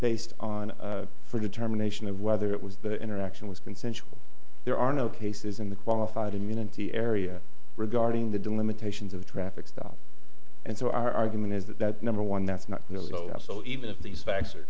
based on for determination of whether it was the interaction was consensual there are no cases in the qualified immunity area regarding the due limitations of a traffic stop and so our argument is that number one that's not so even if these facts are